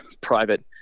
private